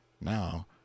Now